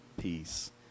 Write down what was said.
peace